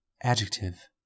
Adjective